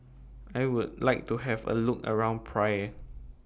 I Would like to Have A Look around Praia